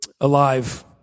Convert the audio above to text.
alive